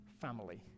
family